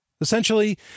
essentially